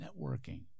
networking